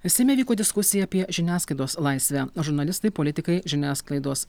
seime vyko diskusija apie žiniaskaidos laisvę žurnalistai politikai žiniasklaidos